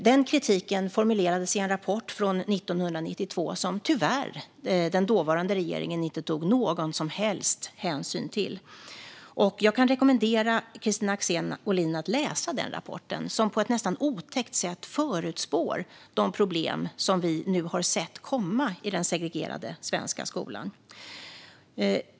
Den kritiken formulerades i en rapport 1992 som den dåvarande regeringen tyvärr inte tog någon som helst hänsyn till. Jag kan rekommendera Kristina Axén Olin att läsa den rapporten, som på ett nästan otäckt sätt förutspår de problem som vi nu har sett komma i den segregerade svenska skolan.